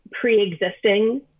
pre-existing